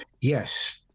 Yes